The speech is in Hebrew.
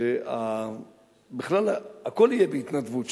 שבכלל הכול יהיה בהתנדבות,